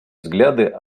взгляды